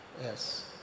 yes